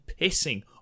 pissing